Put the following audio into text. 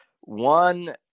one